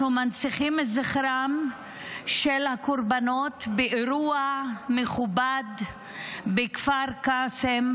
אנחנו מנציחים את זכרם של הקורבנות באירוע מכובד בכפר קאסם,